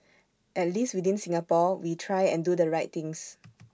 at least within Singapore we try and do the right things